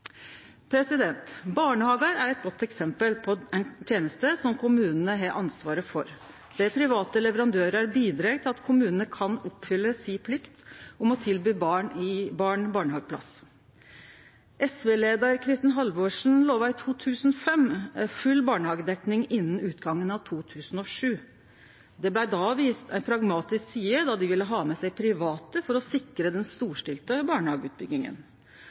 Barnehagar er eit godt eksempel på ei teneste som kommunane har ansvaret for, der private leverandørar bidreg til at kommunane kan oppfylle plikta dei har til å tilby barn barnehageplass. SV-leiar Kristin Halvorsen lova i 2005 full barnehagedekning innan utgangen av 2007. SV viste ei pragmatisk side då dei ville ha med seg private for å sikre den storstilte